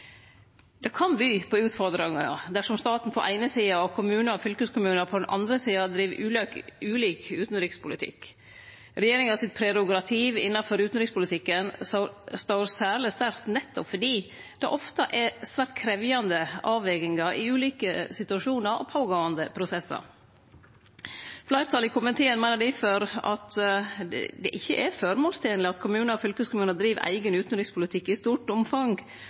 Det kan by på utfordringar dersom staten på den eine sida og kommunar og fylkeskommunar på den andre sida driv ulik utanrikspolitikk. Regjeringas prerogativ innanfor utanrikspolitikken står særleg sterkt, nettopp fordi det ofte er svært krevjande avvegingar i ulike situasjonar og pågåande prosessar. Fleirtalet i komiteen meiner difor at det ikkje er formålstenleg at kommunar og fylkeskommunar driv eigen utanrikspolitikk i stort omfang,